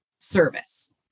service